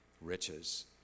riches